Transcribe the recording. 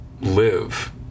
live